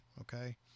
Okay